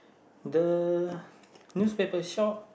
the newspaper shop